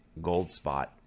Goldspot